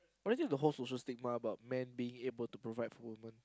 already the whole social stigma about men being able to provide for women